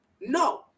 no